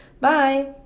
Bye